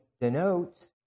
denotes